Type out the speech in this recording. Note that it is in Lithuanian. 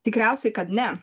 tikriausiai kad ne